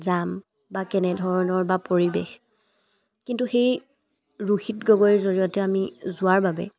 যাম বা কেনেধৰণৰ বা পৰিৱেশ কিন্তু সেই ৰোহিত গগৈৰ জৰিয়তে আমি যোৱাৰ বাবে